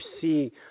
see